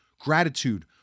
gratitude